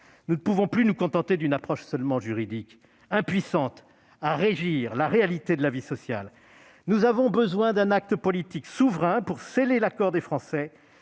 Nous ne pouvons plus nous contenter d'une approche seulement juridique, impuissante à régir la réalité de la vie sociale. Nous avons besoin d'un acte politique souverain pour sceller l'accord des Français